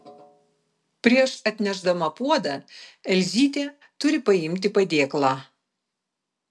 prieš atnešdama puodą elzytė turi paimti padėklą